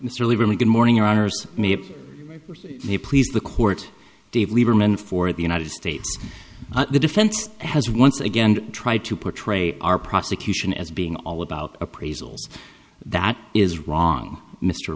it's really really good morning or may have they please the court dave lieberman for the united states the defense has once again tried to portray our prosecution as being all about appraisals that is wrong mr